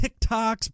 TikToks